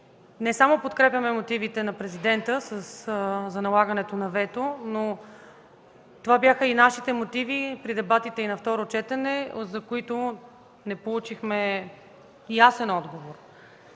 не само подкрепяме мотивите на президента за налагането на вето, но това бяха и нашите мотиви при дебатите и на второ четене, за които не получихме ясен отговор.